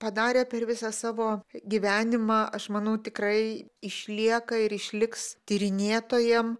padarė per visą savo gyvenimą aš manau tikrai išlieka ir išliks tyrinėtojam